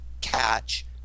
catch